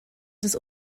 des